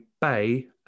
Bay